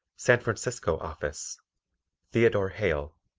san francisco office theodore hale,